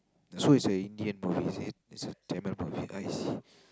so it's an Indian movie is it it's a Tamil movie